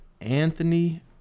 Anthony